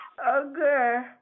Okay